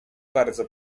bardzo